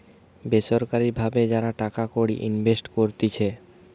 বেসরকারি ভাবে যারা টাকা কড়ি ইনভেস্ট করতিছে